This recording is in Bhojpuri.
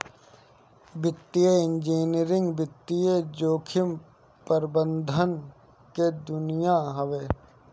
वित्तीय इंजीनियरिंग वित्तीय जोखिम प्रबंधन के दुनिया हवे